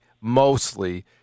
mostly